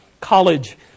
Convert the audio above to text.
college